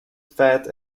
fat